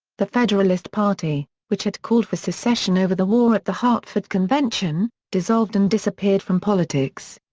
the federalist party, which had called for secession over the war at the hartford convention, dissolved and disappeared from politics.